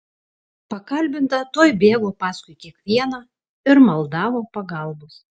pakalbinta tuoj bėgo paskui kiekvieną ir maldavo pagalbos